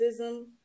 racism